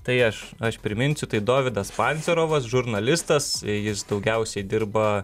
tai aš aš priminsiu tai dovydas pancerovas žurnalistas jis daugiausiai dirba